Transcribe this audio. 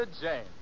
Jane